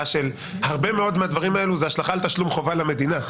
והרבה מאוד מהדברים האלה זה השלכה על תשלום חובה למדינה,